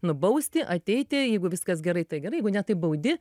nubausti ateiti jeigu viskas gerai tai gerai jeigu ne tai baudi